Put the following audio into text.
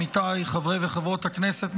עמיתיי חברי וחברות הכנסת,